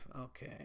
Okay